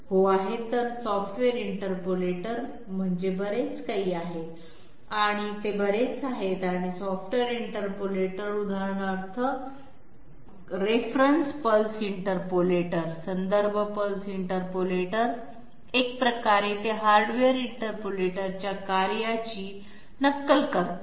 हो आहे software interpolator बरेच आहेत आणि सॉफ्टवेअर इंटरपोलेटर उदाहरणार्थ संदर्भ पल्स इंटरपोलेटर एक प्रकारे ते हार्डवेअर इंटरपोलेटरच्या कार्याची नक्कल करतात